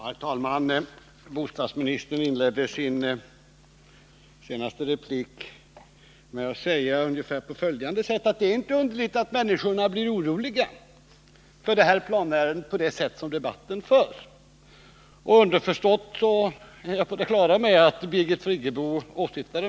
Herr talman! Bostadsministern inledde sin senaste replik med att säga ungefär på följande sätt: Det är inte underligt att människorna blir oroliga för det här planärendet med tanke på det sätt som debatten förs på. Underförstått, det är jag på det klara med, åsyftar Birgit Friggebo mig.